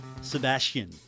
Sebastian